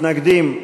מתנגדים.